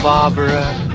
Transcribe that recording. Barbara